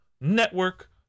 network